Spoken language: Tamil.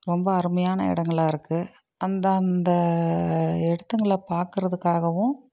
ரொம்ப அருமையான இடங்களா இருக்கு அந்த அந்த இடத்துங்கள பார்க்குறதுக்காகவும்